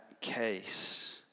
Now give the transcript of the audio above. case